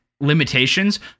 limitations